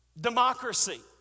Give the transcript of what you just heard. democracy